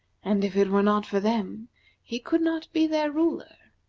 and if it were not for them he could not be their ruler.